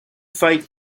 fight